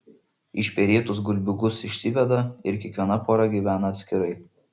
išperėtus gulbiukus išsiveda ir kiekviena pora gyvena atskirai